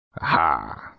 Aha